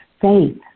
faith